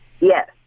Yes